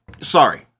Sorry